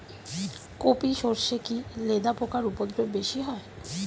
কোপ ই সরষে কি লেদা পোকার উপদ্রব বেশি হয়?